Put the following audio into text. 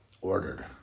ordered